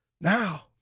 Now